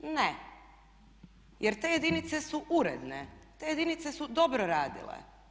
Ne, jer te jedinice su uredne, te jedinice su dobro radile.